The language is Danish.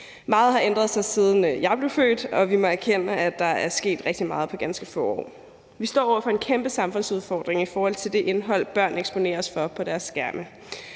Meget har ændret sig, siden jeg blev født, og vi må erkende, at der er sket rigtig meget på ganske få år. Vi står over for en kæmpe samfundsudfordring i forhold til det indhold, børn eksponeres for på deres skærme.